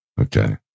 Okay